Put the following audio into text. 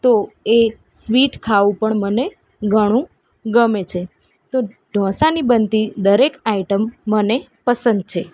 તો એ સ્વીટ ખાવું પણ મને ઘણું ગમે છે તો ઢોસાની બનતી દરેક આઇટમ મને પસંદ છે